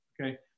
Okay